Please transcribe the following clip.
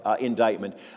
indictment